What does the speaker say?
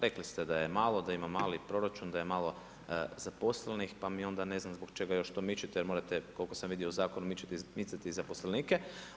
Rekli ste da je malo, da ima mali proračun, da je malo zaposlenih, pa ja onda ne znam zbog čega još to mičete, jer morate, koliko sam vidio u zakon, micati i zaposlenike.